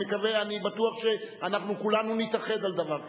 אני בטוח שאנחנו כולנו נתאחד על דבר כזה.